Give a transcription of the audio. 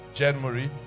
january